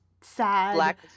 sad